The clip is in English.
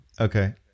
Okay